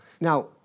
Now